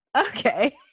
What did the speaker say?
okay